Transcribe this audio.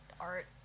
art